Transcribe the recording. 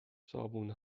صابون